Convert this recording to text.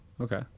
Okay